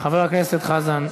חבר הכנסת חזן,